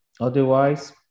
Otherwise